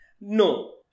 No